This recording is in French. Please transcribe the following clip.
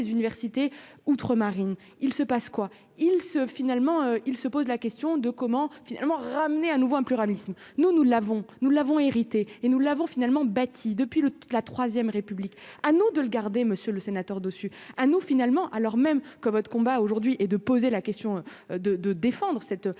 universités outre Marine, il se passe quoi il se finalement il se pose la question de comment finalement ramenés à nouveau un pluralisme, nous, nous l'avons, nous l'avons héritée et nous l'avons finalement bâti depuis le la 3ème République, à nous de le garder, Monsieur le Sénateur dessus ah non finalement, alors même que votre combat aujourd'hui et de poser la question de de défendre cette